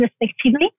respectively